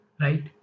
right